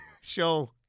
show